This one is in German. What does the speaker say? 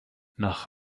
nach